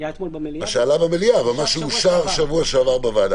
היה אתמול במליאה ואושר בשבוע שעבר.